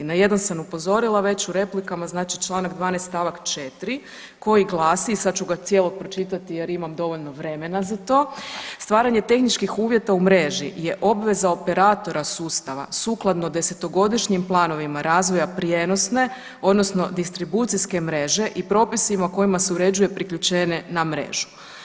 Na jedan sam upozorila već u replikama, znači čl. 12. st. 4. koji glasi i sad ću ga cijelog pročitati jer imam dovoljno vremena za to: Stvaranje tehničkih uvjeta u mreži je obveza operatora sustava sukladno 10-godišnjim planovima razvoja prijenosne odnosno distribucijske mreže i propisima kojima se uređuje priključenje na mrežu.